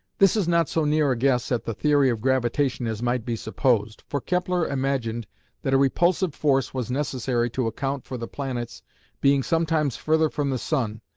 this is not so near a guess at the theory of gravitation as might be supposed, for kepler imagined that a repulsive force was necessary to account for the planets being sometimes further from the sun,